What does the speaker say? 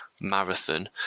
Marathon